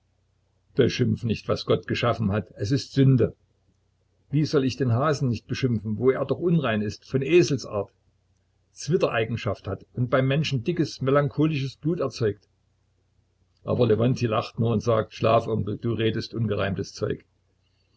nicht was gott geschaffen hat es ist sünde wie soll ich den hasen nicht beschimpfen wo er doch unrein ist von eselsart zwittereigenschaften hat und beim menschen dickes melancholisches blut erzeugt aber lewontij lacht nur und sagt schlaf onkel du redest ungereimtes zeug